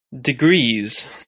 degrees